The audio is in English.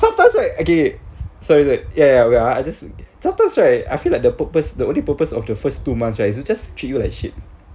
sometimes right okay okay sorry sorry ya ya well I just sometimes right I feel like the purpose the only purpose of the first two months right you just treat you like shit